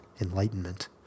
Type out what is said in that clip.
enlightenment